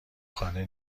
خانه